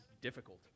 difficult